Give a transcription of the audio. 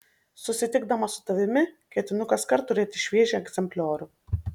susitikdamas su tavimi ketinu kaskart turėti šviežią egzempliorių